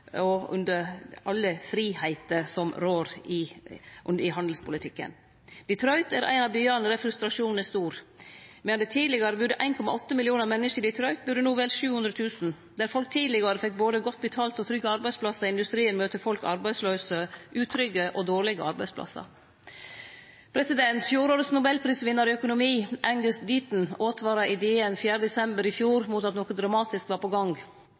og under alle fridomar som rår i handelspolitikken. Detroit er ein av byane der frustrasjonen er stor. Medan det tidlegare budde 1,8 millionar menneske i Detroit, bur det no vel 700 000 der. Der folk tidlegare fekk både godt betalte og trygge arbeidsplassar i industrien, møter folk no arbeidsløyse eller utrygge og dårlege arbeidsplassar. Nobelprisvinnaren i økonomi i fjor, Angus Deaton, åtvara i DN 4. desember i fjor om at noko dramatisk var på gang.